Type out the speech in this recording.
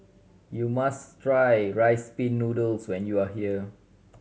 you must try Rice Pin Noodles when you are here